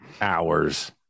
hours